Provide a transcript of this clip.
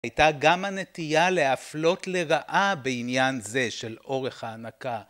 הייתה גם הנטייה להפלות לרעה בעניין זה של אורך ההנקה.